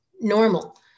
normal